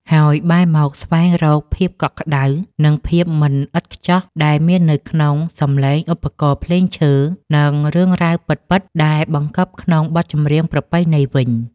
ហើយបែរមកស្វែងរកភាពកក់ក្តៅ និងភាពមិនឥតខ្ចោះដែលមាននៅក្នុងសំឡេងឧបករណ៍ភ្លេងឈើ និងរឿងរ៉ាវពិតៗដែលបង្កប់ក្នុងបទចម្រៀងប្រពៃណីវិញ។